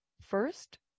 First